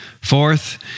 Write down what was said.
Fourth